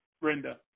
Brenda